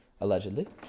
Allegedly